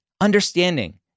understanding